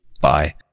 Bye